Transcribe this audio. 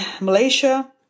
Malaysia